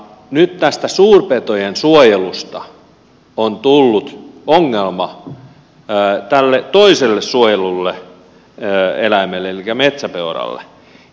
nyt tästä suurpetojen suojelusta on tullut ongelma tälle toiselle suojellulle eläimelle elikkä metsäpeuralle